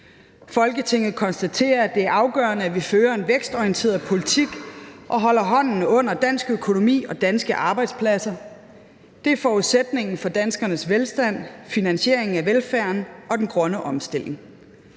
Folketingets konstaterer, at det er afgørende, at vi fører en vækstorienteret politik og holder hånden under dansk økonomi og danske arbejdspladser. Det er forudsætningen for danskernes velstand, finansieringen af velfærden og den grønne omstilling.